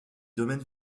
domaines